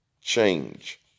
change